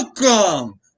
Welcome